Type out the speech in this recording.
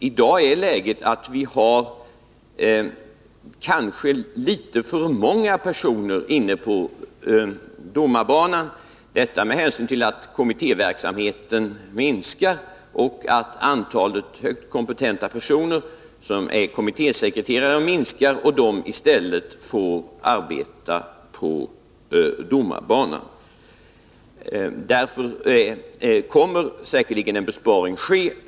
I dag är läget kanske att vi har litet för många personer på denna bana — detta med hänsyn till att kommittéverksamheten minskar och att antalet högt kompetenta personer som är kommittésekreterare minskar; dessa personer får då i stället arbeta på domarbanan. Därför kommer säkerligen en besparing att ske.